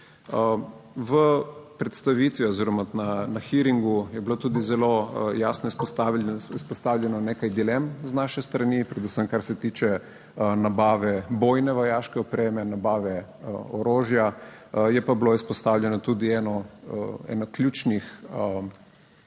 V predstavitvi oziroma na hearingu je bilo tudi zelo jasno izpostavljenih nekaj dilem z naše strani, predvsem kar se tiče nabave bojne vojaške opreme, nabave orožja. Je pa bila izpostavljena tudi ena ključnih,